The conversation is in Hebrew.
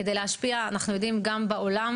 כדי להשפיע גם בעולם,